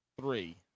three